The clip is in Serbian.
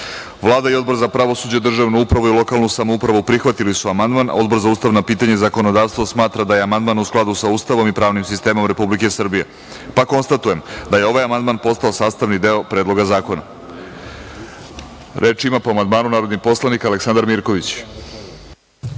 i Odbor za pravosuđe, državnu upravu i lokalnu samoupravu prihvatili su amandman, a Odbor za ustavna pitanja i zakonodavstvo smatra da je amandman u skladu sa Ustavom i pravnim sistemom Republike Srbije, pa konstatujem da je i ovaj amandman postao sastavni deo Predloga zakona. Reč ima predlagač Vladan Glišić. Izvolite.